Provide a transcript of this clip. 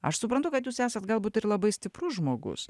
aš suprantu kad jūs esat galbūt ir labai stiprus žmogus